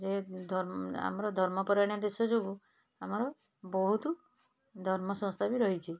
ଯେହେ ଆମର ଧର୍ମପରାୟଣ ଦେଶଯୋଗୁଁ ଆମର ବହୁତ ଧର୍ମସଂସ୍ଥା ବି ରହିଛି